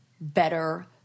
better